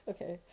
Okay